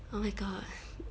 oh my god